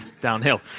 downhill